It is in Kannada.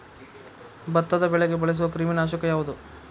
ಭತ್ತದ ಬೆಳೆಗೆ ಬಳಸುವ ಕ್ರಿಮಿ ನಾಶಕ ಯಾವುದು?